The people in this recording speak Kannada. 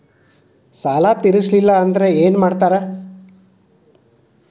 ಸಾಲ ತೇರಿಸಲಿಲ್ಲ ಅಂದ್ರೆ ಏನು ಮಾಡ್ತಾರಾ?